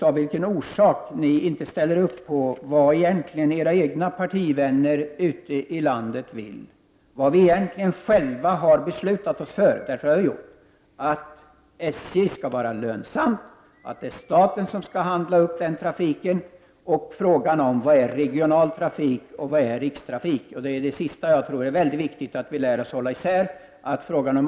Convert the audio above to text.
Av vilka orsaker ställer ni inte upp på vad era egna partivänner ute i landet egentligen vill? Varför ställer ni inte upp på vad vi själva har beslutat oss för? Vi har beslutat om att SJ skall vara lönsamt, att det är staten som skall handla upp den trafiken samt avgöra om vad som är regional trafik resp. rikstrafik. Det sistnämnda tror jag är mycket viktigt att vi lär oss att hålla i sär.